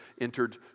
entered